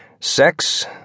Sex